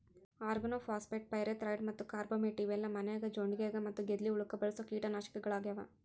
organophosphate, pyrethroid ಮತ್ತ carbamate ಇವೆಲ್ಲ ಮನ್ಯಾಗ ಜೊಂಡಿಗ್ಯಾ ಮತ್ತ ಗೆದ್ಲಿ ಹುಳಕ್ಕ ಬಳಸೋ ಕೇಟನಾಶಕಗಳಾಗ್ಯಾವ